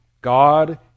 God